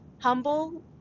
humble